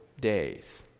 days